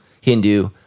Hindu